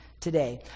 today